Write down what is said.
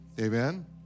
Amen